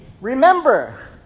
remember